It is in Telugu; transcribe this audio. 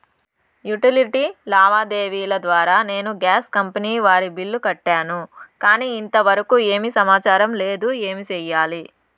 యుటిలిటీ లావాదేవీల ద్వారా నేను గ్యాస్ కంపెని వారి బిల్లు కట్టాను కానీ ఇంతవరకు ఏమి సమాచారం లేదు, ఏమి సెయ్యాలి?